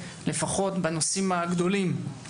ולפחות בנושאים הגדולים,